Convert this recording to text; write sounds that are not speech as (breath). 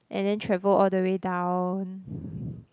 and then travel all the way down (breath)